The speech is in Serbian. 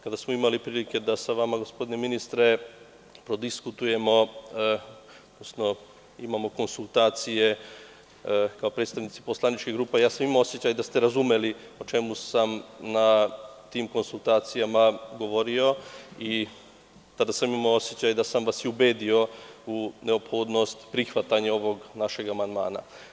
Kada smo imali prilike da sa vama, gospodine ministre, prodiskutujemo, odnosno imamo konsultacije, kao predstavnici poslaničkih grupa, imao sam osećaj da ste razumeli o čemu sam na tim konsultacijama govorio, tada sam imao osećaj da sam vas ubedio u neophodnost prihvatanja ovog našeg amandmana.